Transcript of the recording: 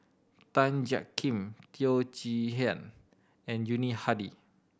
Tan Jiak Kim Teo Chee Hean and Yuni Hadi